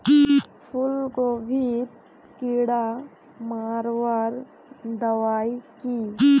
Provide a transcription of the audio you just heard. फूलगोभीत कीड़ा मारवार दबाई की?